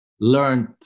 learned